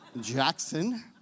Jackson